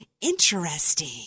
Interesting